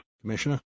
Commissioner